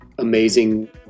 Amazing